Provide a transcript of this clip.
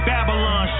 Babylon